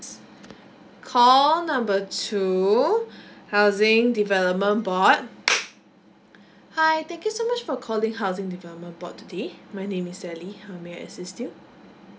call number two housing development bored hi thank you so much for calling housing development board today my name is sally how may I assist you